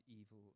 evil